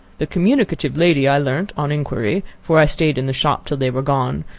the communicative lady i learnt, on inquiry, for i stayed in the shop till they were gone,